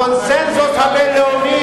הקונסנזוס הבין-לאומי,